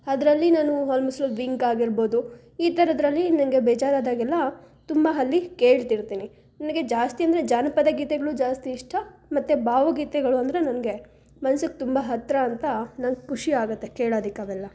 ಅದ್ರಲ್ಲಿ ನಾನು almost all Wynk ಆಗಿರ್ಬೋದು ಈ ಥರದ್ರಲ್ಲಿ ನನಗೆ ಬೇಜಾರಾದಾಗೆಲ್ಲಾ ತುಂಬ ಅಲ್ಲಿ ಕೇಳ್ತಿರ್ತೀನಿ ನನಗೆ ಜಾಸ್ತಿ ಅಂದರೆ ಜಾನಪದ ಗೀತೆಗಳು ಜಾಸ್ತಿ ಇಷ್ಟ ಮತ್ತು ಭಾವಗೀತೆಗಳು ಅಂದರೆ ನನಗೆ ಮನ್ಸಿಗೆ ತುಂಬ ಹತ್ತಿರ ಅಂತ ನಂಗೆ ಖುಷಿಯಾಗುತ್ತೆ ಕೇಳೋದಕ್ಕೆ ಅವೆಲ್ಲಾ